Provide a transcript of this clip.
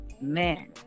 Man